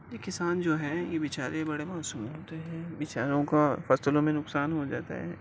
یہ کسان جو ہیں یہ بیچارے بڑے معصوم ہوتے ہیں بیچاروں کا فصلوں میں نقصان ہو جاتا ہے